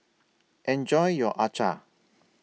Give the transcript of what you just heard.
Enjoy your Acar